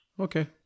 Okay